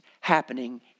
happening